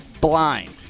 blind